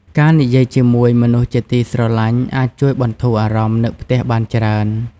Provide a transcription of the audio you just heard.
ការនិយាយជាមួយមនុស្សជាទីស្រឡាញ់អាចជួយបន្ធូរអារម្មណ៍នឹកផ្ទះបានច្រើន។